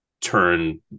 turn